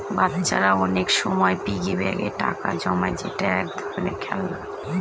বাচ্চারা অনেক সময় পিগি ব্যাঙ্কে টাকা জমায় যেটা এক ধরনের খেলনা